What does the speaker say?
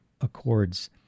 Accords